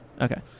Okay